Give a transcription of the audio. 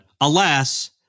alas